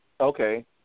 Okay